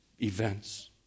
events